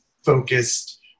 focused